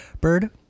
Bird